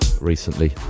recently